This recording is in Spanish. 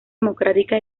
democrática